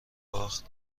باخت